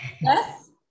Yes